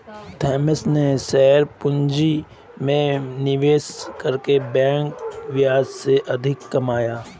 Thomas ने share पूंजी में निवेश करके बैंक ब्याज से अधिक कमाया